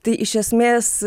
tai iš esmės